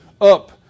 Up